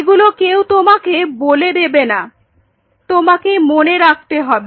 এগুলো কেউ তোমাকে বলে দেবে না তোমাকে মনে রাখতে হবে